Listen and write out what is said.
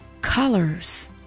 colors